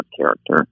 character